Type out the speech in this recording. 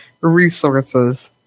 resources